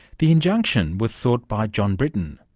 the injunction was sought by john briton,